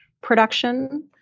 production